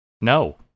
no